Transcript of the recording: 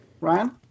Ryan